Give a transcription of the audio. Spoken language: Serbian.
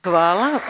Hvala.